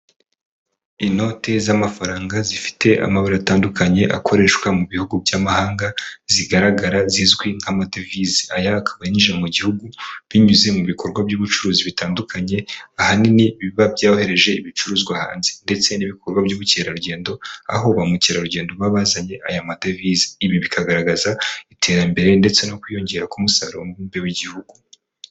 Inote z'amafaranga zifite amabara atandukanye akoreshwa mu bihugu by'amahanga, zigaragara zizwi nk'amadevize. Aya akaba yinjira mu gihugu binyuze mu bikorwa by'ubucuruzi bitandukanye, ahanini biba byohereje ibicuruzwa hanze ndetse n'ibikorwa by'ubukerarugendo, aho ba mukerarugendo baba bazanye aya madevize. Ibi bikagaragaza iterambere ndetse no kwiyongera kw'umusarurombumbe w'igihugu.